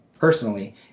personally